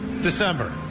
December